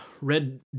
Red